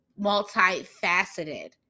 multifaceted